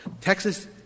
Texas